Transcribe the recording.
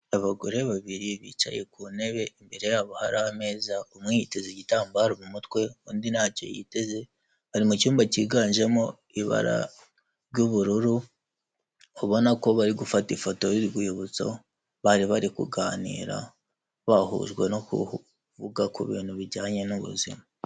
Abagore babiri bicaye ku ntebe, imbere yabo hari ameza, umwe yiteza igitambaro mu mutwe, undi ntacyo yiteze, bari mu cyumba cyiganjemo ibara ry'ubururu, ubona ko bari gufata ifoto y'urwibutso, bari bari kuganira, bahujwe no kuvuga ku bintu bijyanye n'ubuzima.